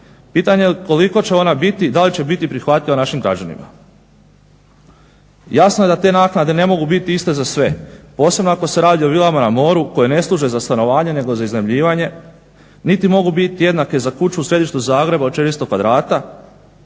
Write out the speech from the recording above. Pitanje je koliko će ona biti, da li će biti prihvatljiva našim građanima. Jasno je da te naknade ne mogu biti iste za sve, posebno ako se radi o vilama na moru koje ne služe za stanovanje nego za iznajmljivanje, niti mogu biti jednake za kuću u središtu Zagreba od 400 kvadrata